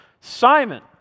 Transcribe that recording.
Simon